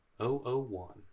001